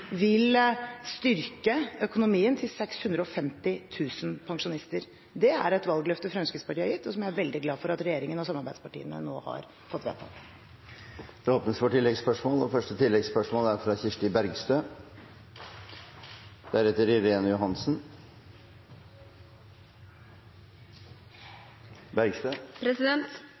vil styrke økonomien til 650 000 pensjonister. Det er et valgløfte Fremskrittspartiet har gitt, og som jeg er veldig glad for at regjeringen og samarbeidspartiene nå har fått vedtatt. Det